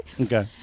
Okay